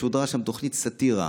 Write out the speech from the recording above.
שודרה שם תוכנית סאטירה.